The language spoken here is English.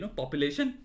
population